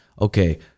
okay